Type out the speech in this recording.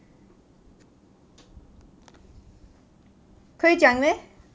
可以讲 meh